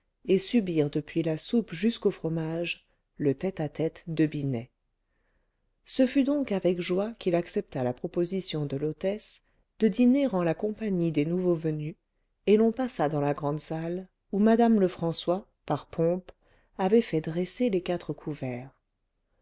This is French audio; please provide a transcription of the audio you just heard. et subir depuis la soupe jusqu'au fromage le tête-à-tête de binet ce fut donc avec joie qu'il accepta la proposition de l'hôtesse de dîner en la compagnie des nouveaux venus et l'on passa dans la grande salle où madame lefrançois par pompe avait fait dresser les quatre couverts